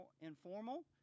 informal